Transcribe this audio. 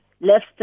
left